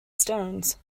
stones